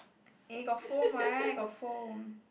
eh got foam right got foam